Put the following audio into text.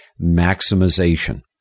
maximization